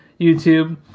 YouTube